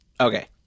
Okay